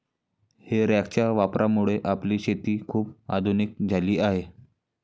हे रॅकच्या वापरामुळे आपली शेती खूप आधुनिक झाली आहे